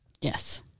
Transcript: Yes